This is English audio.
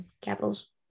capitals